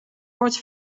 wordt